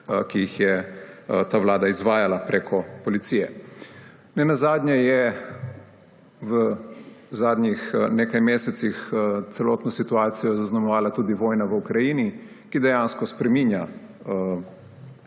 ki jih je ta vlada izvajala prek policije. Ne nazadnje je v zadnjih nekaj mesecih celotno situacijo zaznamovala tudi vojna v Ukrajini, ki dejansko spreminja